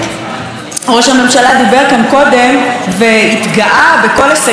ראש הממשלה דיבר כאן קודם והתגאה בכל הישגי ממשלתו,